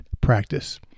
practice